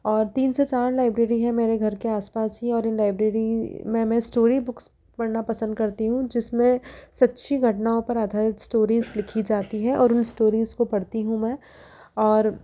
और तीन से चार लाइब्रेरी हैं मेरे घर के आस पास ही और इन लाइब्रेरी में मैं स्टोरी बुक्स पढ़ना पसंद करती हूँ जिसमें सच्ची घटनाओं पर आधारित स्टोरीज़ लिखी जाती हैं और उन स्टोरीज़ को पढ़ती हूँ मैं और